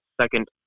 second